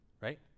Right